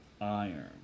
iron